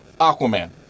Aquaman